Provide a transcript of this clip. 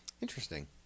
interesting